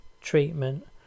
treatment